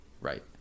Right